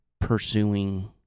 pursuing